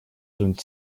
rund